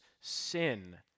sin